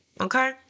Okay